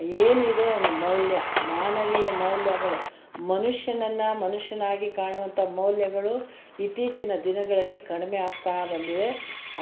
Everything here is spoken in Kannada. ಏನಿದೆ ಒಂದು ಮೌಲ್ಯ ಮಾನವೀಯ ಮೌಲ್ಯಗಳು ಮನುಷ್ಯನನ್ನು ಮನುಷ್ಯನಾಗಿ ಕಾಣುವಂಥ ಮೌಲ್ಯಗಳು ಇತ್ತೀಚಿನ ದಿನಗಳಲ್ಲಿ ಕಡಿಮೆ ಆಗ್ತಾ ಬಂದಿದೆ